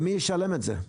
ומי ישלם את זה?